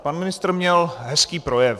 Pan ministr měl hezký projev.